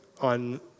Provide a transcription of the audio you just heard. on